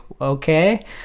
okay